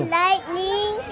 lightning